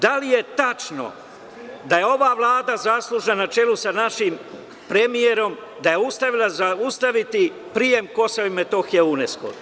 Da li je tačno, da je ova Vlada zaslužna, na čelu sa našim premijerom, da je uspela zaustaviti prijem KiM u UNESKO?